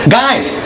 guys